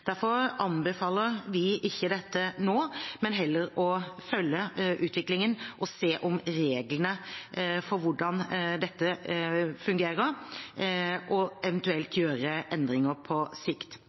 Derfor anbefaler vi ikke dette nå, men vil heller følge utviklingen og se hvordan reglene for dette fungerer, og eventuelt